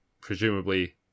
presumably